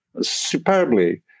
superbly